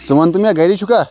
ژٕ وَن تہٕ مےٚ گَری چھُکھا